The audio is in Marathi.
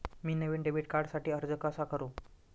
मी नवीन डेबिट कार्डसाठी अर्ज कसा करू?